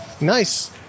nice